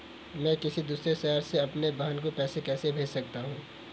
मैं किसी दूसरे शहर से अपनी बहन को पैसे कैसे भेज सकता हूँ?